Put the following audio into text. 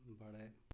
बड़े